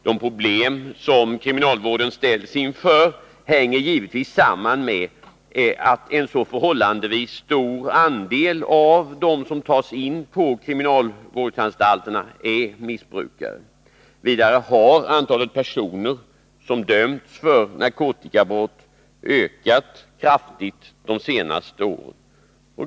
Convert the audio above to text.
De problem som kriminalvården ställs inför hänger givetvis samman med att en förhållandevis stor andel av dem som tas in på kriminalvårdsanstalterna är missbrukare. Vidare har antalet personer som dömts för narkotikabrott ökat kraftigt de senaste åren.